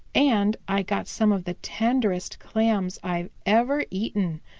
and i got some of the tenderest clams i've ever eaten,